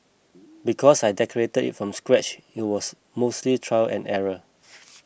because I decorated it from scratch it was mostly trial and error